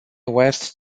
west